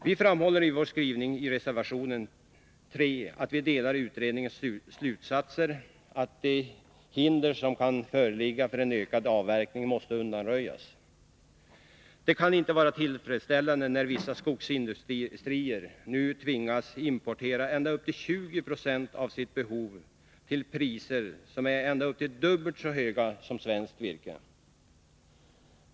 Vi framhåller i vår skrivning i reservation 3 att vi delar utredningens slutsatser att de hinder som kan föreligga för en ökad avverkning måste undanröjas. Det kan inte vara tillfredsställande att vissa skogsindustrier nu tvingas importera ända upp till 20 96 av sitt behov till priser som i vissa fall är dubbelt så höga som de för svenskt virke.